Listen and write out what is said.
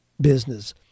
business